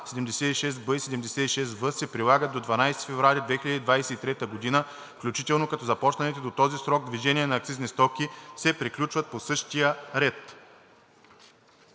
76б и 76в се прилагат до 12 февруари 2023 г. включително, като започналите до този срок движения на акцизни стоки се приключват по същия ред.“